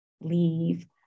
leave